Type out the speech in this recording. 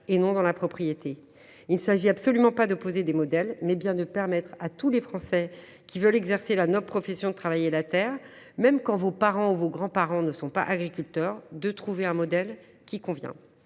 et non dans la propriété. Il s’agit non pas d’opposer les modèles, mais bien de permettre à tous les Français qui veulent exercer la noble profession de travailler la terre, même lorsque leurs parents ou que leurs grands parents ne sont pas agriculteurs, de trouver le modèle qui leur convient.